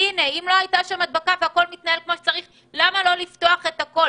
ואם הם פתוחים ולא הייתה שם הדבקה אז למה לא לפתוח את הכול?